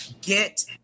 get